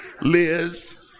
Liz